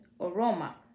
aroma